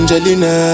Angelina